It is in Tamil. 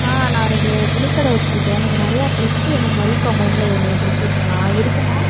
ஆ நான் ரெண்டு துணிக்கடை வச்சியிருக்கேன் எனக்கு நிறையா ட்ரெஸ் வேணும் பல்க் அமௌண்ட்டில் வேணும் ட்ரஸஸ்லான் இருக்குமா